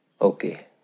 Okay